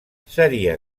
seria